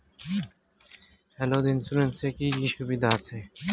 Health insurance এ কি কি সুবিধা আছে?